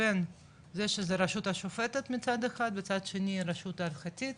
בין זה שזה רשות השופטת מצד אחד וצד שני הרשות ההלכתית